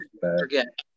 Forget